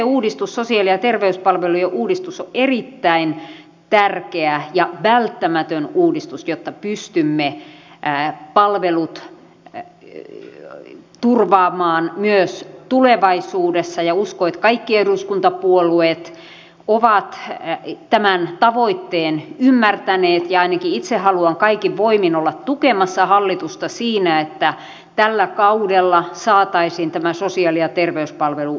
tämä sosiaali ja terveyspalvelujen uudistus on erittäin tärkeä ja välttämätön uudistus jotta pystymme palvelut turvaamaan myös tulevaisuudessa ja uskon että kaikki eduskuntapuolueet ovat tämän tavoitteen ymmärtäneet ja ainakin itse haluan kaikin voimin olla tukemassa hallitusta siinä että tällä kaudella saataisiin tämä sosiaali ja terveyspalvelu uudistus aikaan